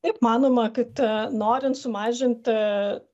taip manoma kad norint sumažinti